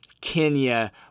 Kenya